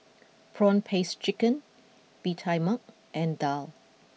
Prawn Paste Chicken Bee Tai Mak and Daal